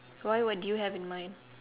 why would you have in mind